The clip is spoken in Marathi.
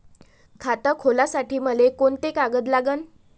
खात खोलासाठी मले कोंते कागद लागन?